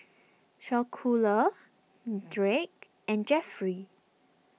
Schuyler Jake and Jeffrey